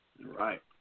Right